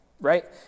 right